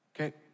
Okay